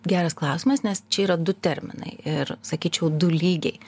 geras klausimas nes čia yra du terminai ir sakyčiau du lygiai